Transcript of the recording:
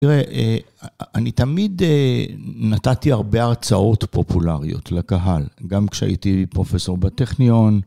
תראה, אני תמיד נתתי הרבה הרצאות פופולריות לקהל, גם כשהייתי פרופסור בטכניון.